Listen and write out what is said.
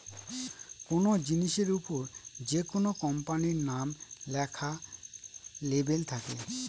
কোনো জিনিসের ওপর যেকোনো কোম্পানির নাম লেখা লেবেল থাকে